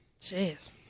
Jeez